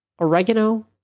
oregano